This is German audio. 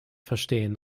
verstehen